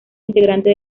integrante